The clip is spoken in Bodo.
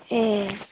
ए